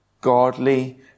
godly